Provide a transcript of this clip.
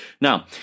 Now